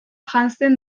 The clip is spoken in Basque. janzten